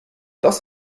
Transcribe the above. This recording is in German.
das